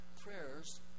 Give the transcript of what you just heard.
prayers